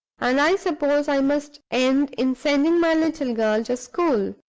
and i suppose i must end in sending my little girl to school.